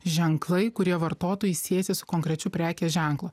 ženklai kurie vartotojui siejasi su konkrečiu prekės ženklu